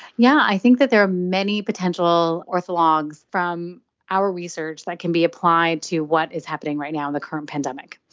yeah i think there are many potential orthologs from our research that can be applied to what is happening right now in the current pandemic.